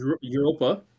Europa